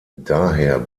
daher